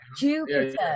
jupiter